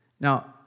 Now